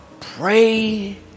Pray